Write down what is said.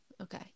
Okay